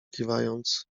kiwając